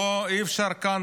אי-אפשר כאן,